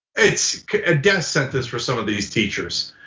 it's a death sentence for some of these teachers.